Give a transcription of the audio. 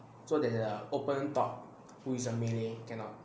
so that the open top who is a melee cannot